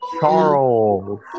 Charles